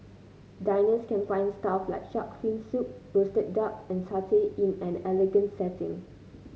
diners can find stuff like shark fin soup roasted duck and satay in an elegant setting